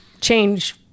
change